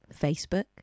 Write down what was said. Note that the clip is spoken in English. Facebook